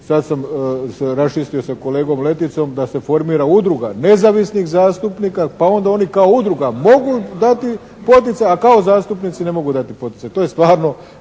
sad sam raščistio sa kolegom Leticom da se formira udruga nezavisnih zastupnika pa onda oni kao udruga mogu dati poticaj, a kao zastupnici ne mogu dati poticaj. To je stvarno